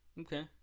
Okay